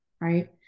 right